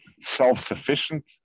self-sufficient